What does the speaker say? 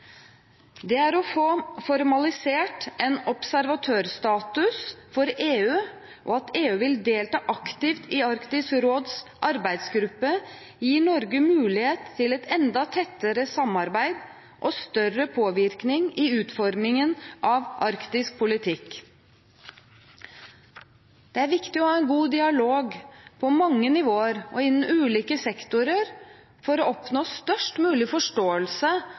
Det å få formalisert en observatørstatus for EU og at EU vil delta aktivt i Arktisk råds arbeidsgruppe, gir Norge mulighet til et enda tettere samarbeid og større påvirkning i utformingen av arktispolitikk. Det er viktig å ha en god dialog på mange nivåer og innen ulike sektorer for å oppnå størst mulig forståelse